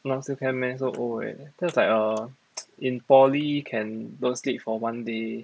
now still can meh so old already cause like err in poly can don't sleep for one day